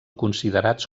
considerats